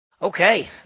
Okay